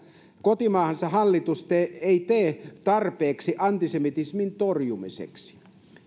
kotimaansa hallitus ei tee tarpeeksi antisemitismin torjumiseksi